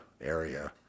area